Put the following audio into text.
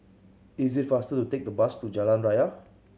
is it faster to take the bus to Jalan Raya